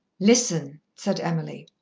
listen! said emily.